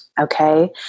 Okay